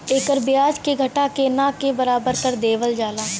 एकर ब्याज के घटा के ना के बराबर कर देवल जाला